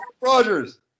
Rogers